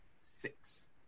six